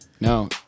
No